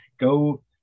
Go